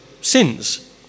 sins